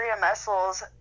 muscles